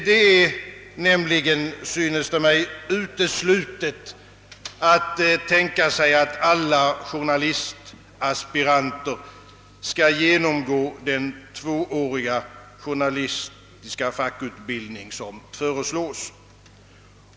Det är nämligen, synes det mig, uteslutet att tänka sig att alla journalistaspiranter skall genomgå den tvååriga journalistiska fackutbildning som föreslås.